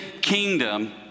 kingdom